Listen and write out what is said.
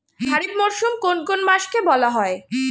খারিফ মরশুম কোন কোন মাসকে বলা হয়?